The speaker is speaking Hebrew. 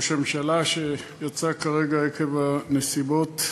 שיצא כרגע עקב הנסיבות,